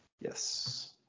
Yes